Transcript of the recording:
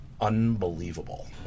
unbelievable